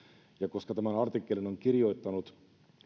koska tämän artikkelin on kirjoittanut